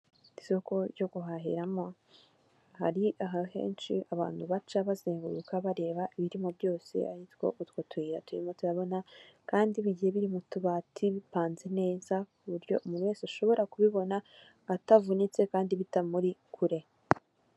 Isoko ryo ku guhahiramo, hari ahantu henshi abantu baca bazenguruka bareba ibirimo byose, aritwo utwo tuyira turimo turabona, kandi bigiye biri mu tubati bipanze neza, ku buryo umuntu wese ashobora kubibona, atavunitse kandi bitamuri kure.